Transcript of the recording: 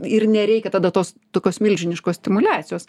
ir nereikia tada tos tokios milžiniškos stimuliacijos